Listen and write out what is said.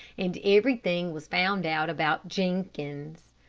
and everything was found out about jenkins.